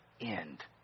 end